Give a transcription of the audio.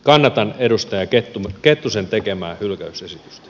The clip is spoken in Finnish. kannatan edustaja kettusen tekemää hylkäysesitystä